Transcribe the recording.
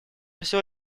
всего